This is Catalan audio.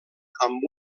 amb